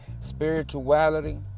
spirituality